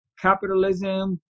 capitalism